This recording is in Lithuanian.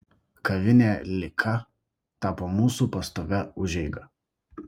kavinė lika tapo mūsų pastovia užeiga